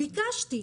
ביקשתי.